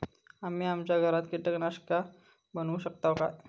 आम्ही आमच्या घरात कीटकनाशका बनवू शकताव काय?